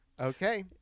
okay